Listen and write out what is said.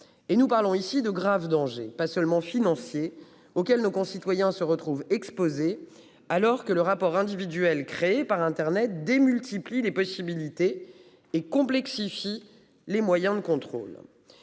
et nous parlons ici de graves dangers, pas seulement financiers auxquels nos concitoyens se retrouvent exposé alors que le rapport individuel créé par Internet démultiplie les possibilités et complexifie les moyens de contrôle.